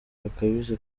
gakabije